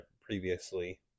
previously